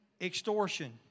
Extortion